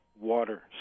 water